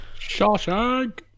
Shawshank